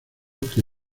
que